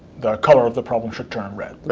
the color of the problem should turn red.